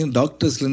doctor's